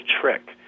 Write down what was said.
trick